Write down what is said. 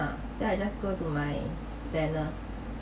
ah then I just go to my planner